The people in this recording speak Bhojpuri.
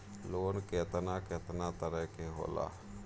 लोन केतना केतना तरह के होला?